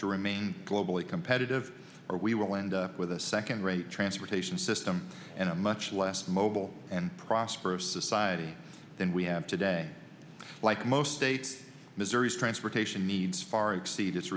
to remain globally competitive or we will end up with a second rate transportation system and a much less mobile and prosperous society than we have today like most states missouri's transportation needs far exceed